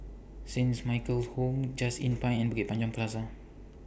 Saint's Michael's Home Just Inn Pine and Bukit Panjang Plaza